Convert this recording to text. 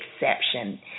exception